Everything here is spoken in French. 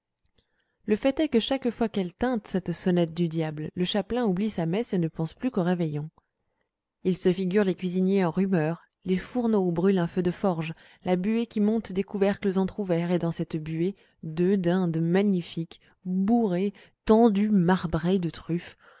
le fait est que chaque fois qu'elle tinte cette sonnette du diable le chapelain oublie sa messe et ne pense plus qu'au réveillon il se figure les cuisiniers en rumeur les fourneaux où brûle un feu de forge la buée qui monte des couvercles entr'ouverts et dans cette buée deux dindes magnifiques bourrées tendues marbrées de truffes